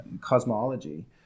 cosmology